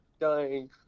Dying